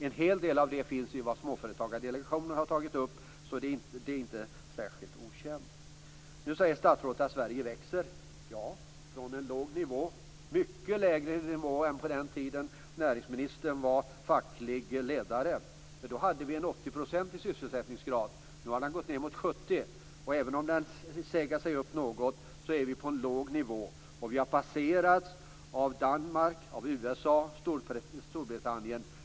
En hel del av dessa har Småföretagardelegationen tagit upp, vilket inte är särskilt okänt. Nu säger statsrådet att Sverige växer. Ja, från en låg nivå - en mycket lägre nivå än på den tiden då näringsministern var facklig ledare. Då hade vi en 80 procentig sysselsättningsgrad. Nu har den gått ned mot 70 %. Även om den nu segar sig upp något, är den på låg nivå. Vi har passerats av Danmark, USA och Storbritannien.